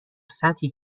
سطحی